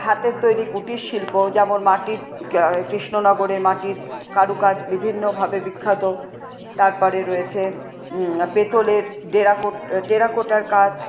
হাতের তৈরি কুটিরশিল্প যেমন মাটির কৃষ্ণনগরের মাটির কারুকাজ বিভিন্নভাবে বিখ্যাত তারপরে রয়েছে পেতলের ডেরাকোট টেরাকোটার কাজ